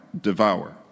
devour